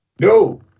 No